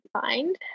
find